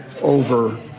over